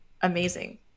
amazing